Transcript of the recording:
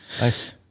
nice